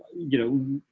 you know,